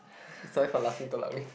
sorry for laughing too loudly